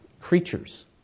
creatures